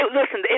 listen